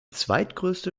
zweitgrößte